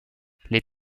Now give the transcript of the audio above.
les